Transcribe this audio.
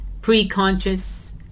pre-conscious